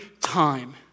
time